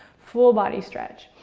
full body stretch.